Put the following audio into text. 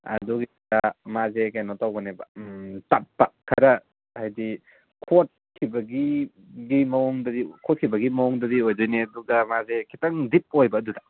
ꯑꯗꯨꯒꯤꯗꯨꯗ ꯃꯥꯁꯦ ꯀꯩꯅꯣ ꯇꯧꯕꯅꯦꯕ ꯇꯞꯄ ꯈꯔ ꯍꯥꯏꯗꯤ ꯈꯣꯠꯈꯤꯕꯒꯤ ꯃꯑꯣꯡꯗꯗꯤ ꯑꯣꯏꯗꯣꯏꯅꯦ ꯑꯗꯨꯒ ꯃꯥꯁꯦ ꯈꯤꯇꯪ ꯗꯤꯞ ꯑꯣꯏꯕ ꯑꯗꯨꯗ